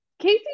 Casey